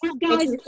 guys